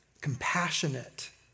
compassionate